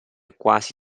quasi